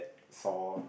saw